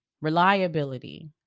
Reliability